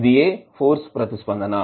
ఇదియే ఫోర్స్ ప్రతిస్పందన